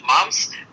moms